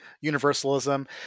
universalism